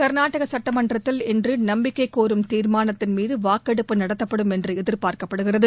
கர்நாடக சுட்டமன்றத்தில் இன்று நம்பிக்கைக் கோரும் தீர்மானத்தின் மீது வாக்கெடுப்பு நடத்தப்படும் என்று எதிர்பார்க்கப்படுகிறது